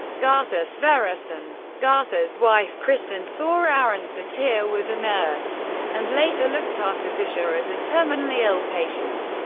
gardar sverrisson. gardar's wife, kristin thorarinsdottir, was a nurse and later looked after fischer as a terminally ill patient.